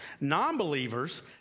Non-believers